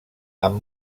amb